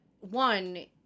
one